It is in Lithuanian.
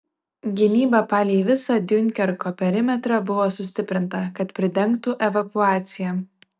gynyba palei visą diunkerko perimetrą buvo sustiprinta kad pridengtų evakuaciją